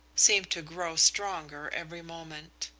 seemed to grow stronger every moment.